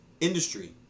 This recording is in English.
Industry